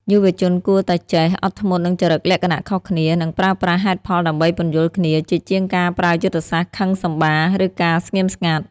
យុវជនគួរតែចេះ "អត់ធ្មត់នឹងចរិតលក្ខណៈខុសគ្នា" និងប្រើប្រាស់ហេតុផលដើម្បីពន្យល់គ្នា ជាជាងការប្រើយុទ្ធសាស្ត្រខឹងសម្បារ ឬការស្ងៀមស្ងាត់។